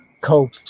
cope